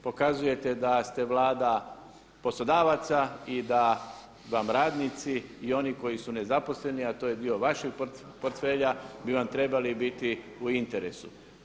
Pokazujete da ste Vlada poslodavaca i da vam radnici i oni koji su nezaposleni a to je dio vašeg portfelja bi vam trebali biti u interesu.